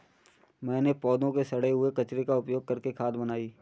मैंने पौधों के सड़े हुए कचरे का उपयोग करके खाद बनाई